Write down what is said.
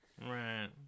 Right